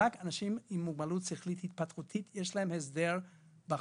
רק לאנשים עם מוגבלות שכלית התפתחותית יש הסדר בחוק,